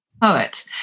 poet